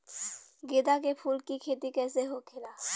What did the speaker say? गेंदा के फूल की खेती कैसे होखेला?